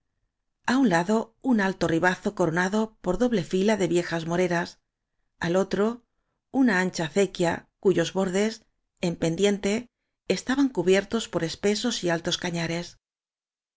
ibáñez lado un alto ribazo coronado por doble fila de viejas moreras al otro una ancha acequia cu yos bordes en pendiente estaban cubiertos por espesos y altos cañares